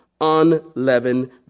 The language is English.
unleavened